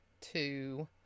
two